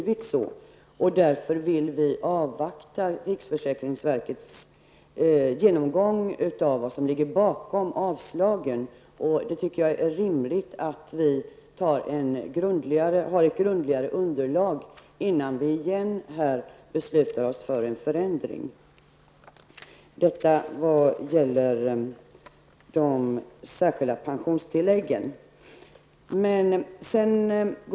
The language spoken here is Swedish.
Vi vill därför avvakta riksförsäkringsverkets genomgång av vad som ligger bakom avslagen. Jag tycker det är rimligt att vi får ett grundligare underlag innan vi återigen beslutar oss för en förändring. Detta sagt om de särskilda pensionstilläggen.